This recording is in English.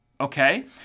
Okay